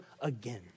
again